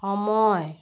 সময়